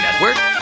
Network